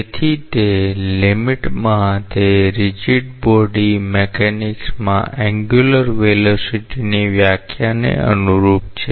તેથી તે લીમીટમાં તે રીજીડ બોડી મિકેનિક્સમાં એન્ગ્યુલર વેલોસીટી ની વ્યાખ્યાને અનુરૂપ છે